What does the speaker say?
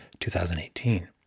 2018